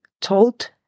told